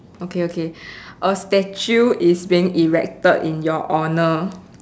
okay okay a statue is being erected in your honour